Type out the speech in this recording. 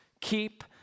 Keep